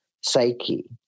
psyche